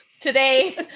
today